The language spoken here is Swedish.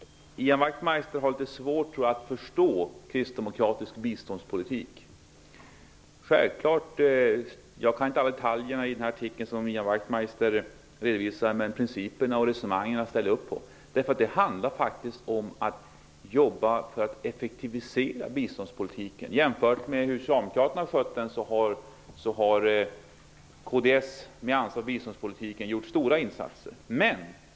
Ian Wachtmeister har litet svårt att förstå kristdemokratisk biståndspolitik. Jag kan inte alla detaljer i den artikel som han refererar till, men principerna och resonemangen ställer jag självfallet upp på. Det handlar om att jobba för att effektivisera biståndspolitiken. Jämfört med hur Socialdemokraterna har skött den, har kds, som har ansvaret för biståndspolitiken, gjort stora insatser.